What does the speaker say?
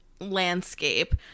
landscape